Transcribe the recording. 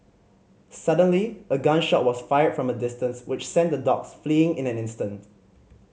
suddenly a gun shot was fired from a distance which sent the dogs fleeing in an instant